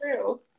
true